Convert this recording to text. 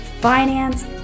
finance